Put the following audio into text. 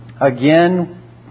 again